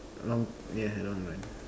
long yeah long run